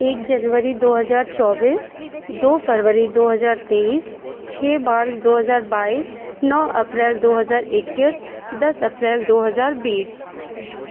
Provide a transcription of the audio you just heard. एक जनवरी दो हज़ार चौबीस दो फरवरी दो हजार तेइस छह बारह दो हज़ार बाइस नौ अप्रैल दो हज़ार इक्कीस दस अप्रैल दो हज़ार बीस